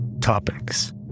topics